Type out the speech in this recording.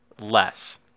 less